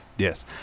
Yes